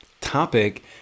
topic